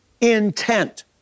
intent